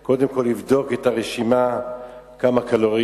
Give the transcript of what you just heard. הוא קודם כול יבדוק את הרשימה: כמה קלוריות,